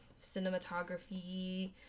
cinematography